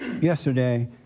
yesterday